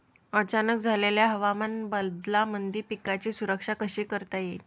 अचानक झालेल्या हवामान बदलामंदी पिकाची सुरक्षा कशी करता येईन?